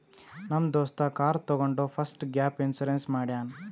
ನಮ್ ದೋಸ್ತ ಕಾರ್ ತಗೊಂಡ್ ಫಸ್ಟ್ ಗ್ಯಾಪ್ ಇನ್ಸೂರೆನ್ಸ್ ಮಾಡ್ಯಾನ್